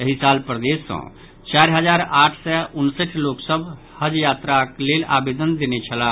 एहि साल प्रदेश सॅ चारि हजार आठ सय उनसठि लोक सभ हज यात्राक लेल आवेदन देने छलाह